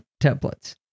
templates